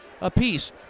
apiece